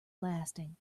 lasting